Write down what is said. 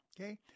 okay